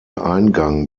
eingang